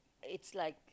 it's like